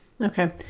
Okay